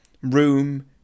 room